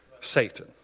Satan